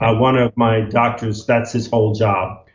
ah one of my doctors, that's his whole job.